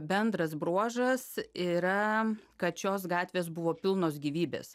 bendras bruožas yra kad šios gatvės buvo pilnos gyvybės